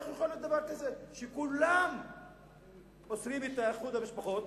איך יכול להיות דבר כזה שעל כולם אוסרים איחוד משפחות?